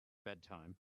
bedtime